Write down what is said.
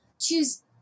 choose